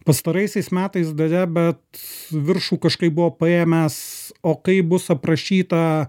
pastaraisiais metais deja bet viršų kažkaip buvo paėmęs o kaip bus aprašyta